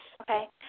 Okay